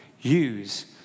Use